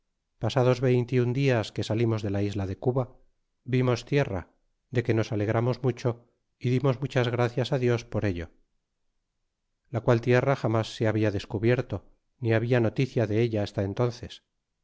pasados veinte y un dias que salimos de la isla de cuba vimos tierra de que nos alegramos mucho y dimos muchas gracias dios por ello la qual tierra jamas se habla descubierto ni habla noticia de ella hasta entonces